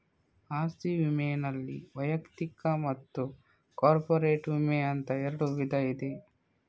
ಆಸ್ತಿ ವಿಮೆನಲ್ಲಿ ವೈಯಕ್ತಿಕ ಮತ್ತು ಕಾರ್ಪೊರೇಟ್ ವಿಮೆ ಅಂತ ಎರಡು ವಿಧ ಇದೆ